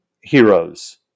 heroes